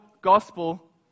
gospel